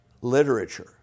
literature